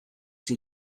sie